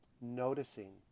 noticing